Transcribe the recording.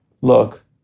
look